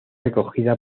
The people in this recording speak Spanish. recogida